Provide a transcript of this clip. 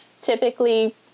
typically